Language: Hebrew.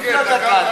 תוסיף לו דקה,